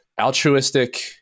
altruistic